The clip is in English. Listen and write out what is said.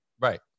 Right